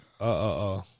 Uh-uh-uh